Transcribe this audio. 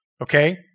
Okay